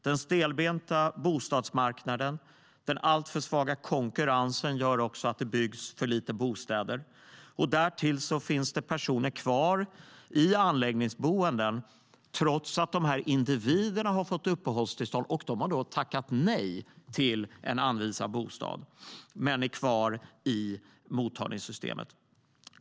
Den stelbenta bostadsmarknaden och alltför svaga konkurrensen gör också att det byggs för lite bostäder. Därtill finns personer kvar i anläggningsboenden, trots att de har fått uppehållstillstånd och har tackat nej till en anvisad bostad. De är kvar i mottagningssystemet.